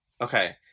Okay